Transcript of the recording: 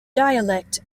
dialect